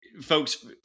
Folks